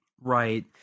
right